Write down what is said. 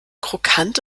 krokant